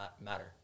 matter